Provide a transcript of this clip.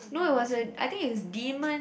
no it wasn't I think is demon